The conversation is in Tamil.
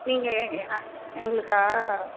நீங்கள் எ எங்களுக்கா